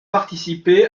participé